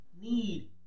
need